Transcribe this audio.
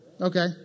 okay